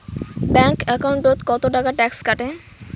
Bank একাউন্টত কতো টাকা ট্যাক্স কাটে?